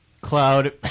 cloud